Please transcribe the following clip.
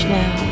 now